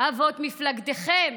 אבות מפלגתכם